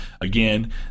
Again